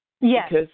Yes